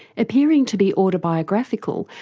appearing to be autobiographical,